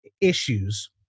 issues